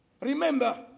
Remember